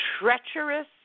treacherous